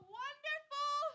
wonderful